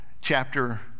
chapter